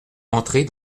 entrer